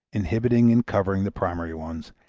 inhibiting and covering the primary ones,